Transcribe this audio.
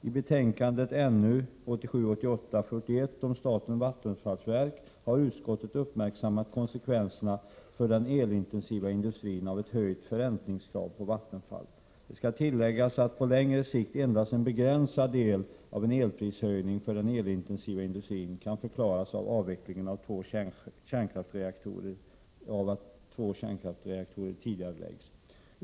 I betänkandet NU 1987/88:41 om statens vattenfallsverk har utskottet uppmärksammat konsekvenserna för den elintensiva industrin av ett höjt förräntningskrav på Vattenfall. Det skall tilläggas att på längre sikt endast en begränsad del av en elprishöjning för den elintensiva industrin kan förklaras av att avvecklingen av två kärnkraftsreaktorer tidigareläggs.